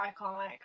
iconic